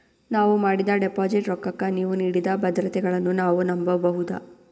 ನಾವು ಮಾಡಿದ ಡಿಪಾಜಿಟ್ ರೊಕ್ಕಕ್ಕ ನೀವು ನೀಡಿದ ಭದ್ರತೆಗಳನ್ನು ನಾವು ನಂಬಬಹುದಾ?